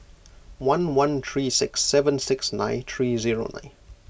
one one three six seven six nine three zero nine